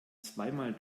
zweimal